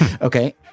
Okay